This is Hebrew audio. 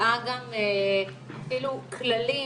מוציאה כללים